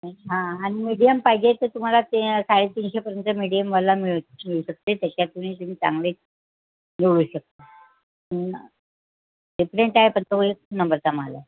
हां आणि मीडियम पाहिजे तर तुम्हाला ते साडेतीनशेपर्यंत मीडियमवाला मिळू मिळू शकते त्याच्यापुढे ते चांगले मिळू शकते ते प्रिंट आहे पण तो एक नंबरचा माल आहे